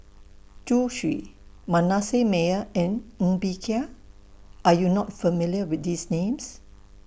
Zhu Xu Manasseh Meyer and Ng Bee Kia Are YOU not familiar with These Names